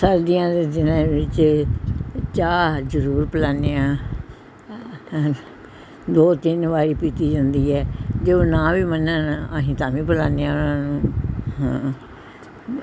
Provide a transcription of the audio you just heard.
ਸਰਦੀਆਂ ਦੇ ਦਿਨਾਂ ਦੇ ਵਿੱਚ ਚਾਹ ਜ਼ਰੂਰ ਪਲਾਉਂਦੇ ਹਾਂ ਦੋ ਤਿੰਨ ਵਾਰ ਪੀਤੀ ਜਾਂਦੀ ਹੈ ਜੋ ਨਾ ਵੀ ਮੰਨਣ ਅਸੀਂ ਤਾਂ ਵੀ ਪਲਾਉਂਦੇ ਆ ਉਹਨਾਂ ਨੂੰ ਹਾਂ